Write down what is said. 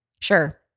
Sure